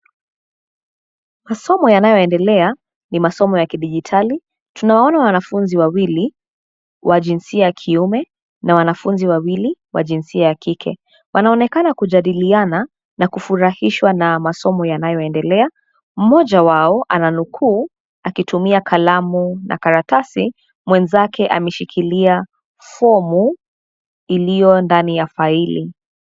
Masomo yanayoendelea ni masomo ya kidijitali. Tunawaona wanafunzi wawili wa jinsia ya kiume na wanafunzi wawili wa jinsia ya kike. Wanaonekana kujadiliana na kufurahishwa na masomo yanayoendelea. Mmoja wao ananukuu akitumia kalamu na karatasi, mwenzake ameshikilia fomu iliyo ndani ya faili.